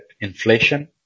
inflation